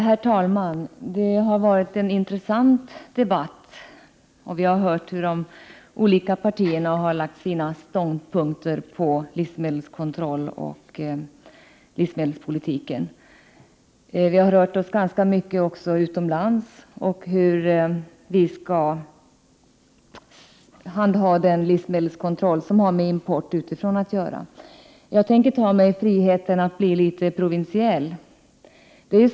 Herr talman! Det har varit en intressant debatt. Vi har hört hur de olika partierna har framlagt sina ståndpunkter när det gäller livsmedelskontrollen och livsmedelspolitiken. Vi har rört oss utomlands ganska mycket också och har talat om hur vi skall handha den livsmedelskontroll som har med import utifrån att göra. Jag tänkte ta mig friheten att bli litet provinsiell.